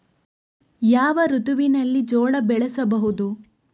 ಯಾವ ಋತುವಿನಲ್ಲಿ ಜೋಳ ಬೆಳೆಸಬಹುದು?